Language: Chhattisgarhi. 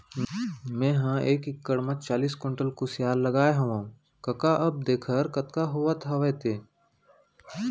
मेंहा एक एकड़ म चालीस कोंटल कुसियार लगाए हवव कका अब देखर कतका होवत हवय ते